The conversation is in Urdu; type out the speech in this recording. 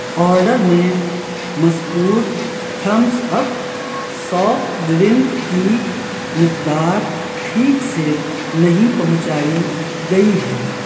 آرڈر میں مذکور تھمز اپ سافٹ ڈرنک کی مقدار ٹھیک سے نہیں پہنچائی گئی ہے